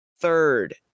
third